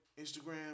Instagram